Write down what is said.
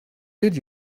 did